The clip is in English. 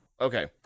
Okay